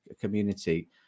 community